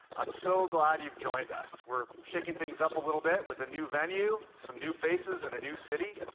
i'm so glad you've joined us. we're shaking things up a little bit with a new venue, some new faces in a new city.